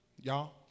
Y'all